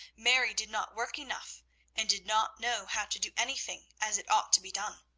mary did not work enough and did not know how to do anything as it ought to be done.